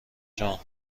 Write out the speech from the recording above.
جان